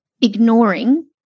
ignoring